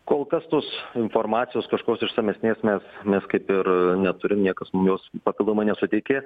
kol kas tos informacijos kažkokios išsamesnės mes mes kaip ir neturim niekas mum jos papildomai nesuteikė